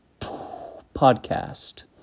podcast